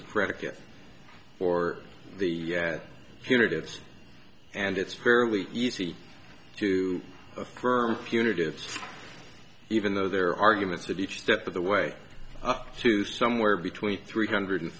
a credit for the units and it's fairly easy to affirm fugitives even though their arguments that each step of the way up to somewhere between three hundred